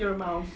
you're a mouse